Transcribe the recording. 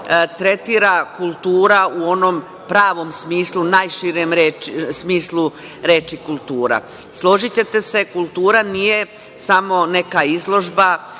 tretira kultura u onom pravnom smislu, najširem smislu reči kultura. Složićete se kultura nije samo neka izložba,